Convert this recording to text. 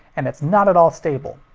and it's not at all stable.